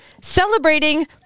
celebrating